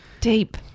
Deep